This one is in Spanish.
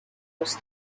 los